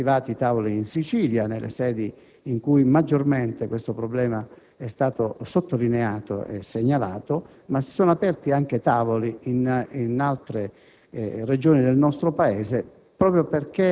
Sono stati attivati tavoli in Sicilia, nelle sedi in cui maggiormente questo problema è stato sottolineato e segnalato, ma si sono aperti anche tavoli in altre Regioni del nostro Paese